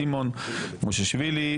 סימון מושיאשוילי,